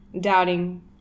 doubting